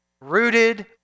rooted